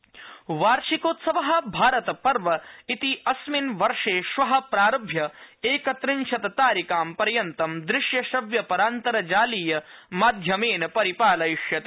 भारत पर्व वार्षिकोत्सव भारतपर्व इति अस्मिन् वर्षे श्व प्रारभ्य एकत्रिंशत् तारिकां पर्यन्तं दृश्यश्रव्य परान्तर्जालीय माध्यमेन पारिपालयिष्यते